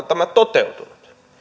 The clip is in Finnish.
tämä toteutunut